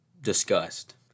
discussed